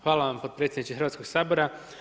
Hvala vam potpredsjedniče Hrvatskog sabora.